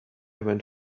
went